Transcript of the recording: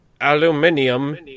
aluminium